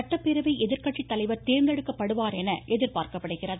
சட்டப்பேரவை இதில் எதிர்கட்சி தலைவர் தேர்ந்தெடுக்கப்படுவார் என எதிர்பார்க்கப்படுகிறது